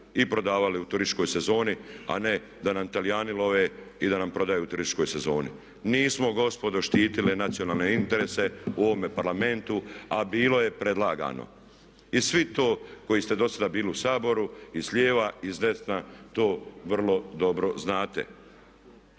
i prodavali u turističkoj sezoni a ne da nam Talijani love i da nam prodaju u turističkoj sezoni. Nismo gospodo štitili nacionalne interese u ovome Parlamentu a bilo je predlagano. I svi to koji ste dosada bili u Saboru i s lijeva i s desna to vrlo dobro znate.